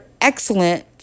excellent